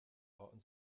orten